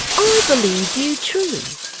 i believed you true,